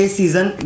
season